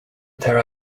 there